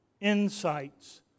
insights